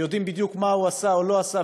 ויודעים בדיוק מה הוא עשה ולא עשה,